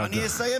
אני אסיים,